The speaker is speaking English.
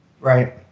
Right